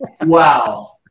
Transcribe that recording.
Wow